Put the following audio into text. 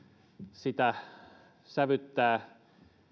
sitä sävyttää